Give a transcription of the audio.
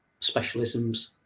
specialisms